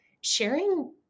sharing